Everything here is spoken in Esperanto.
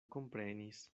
komprenis